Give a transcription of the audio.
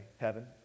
heaven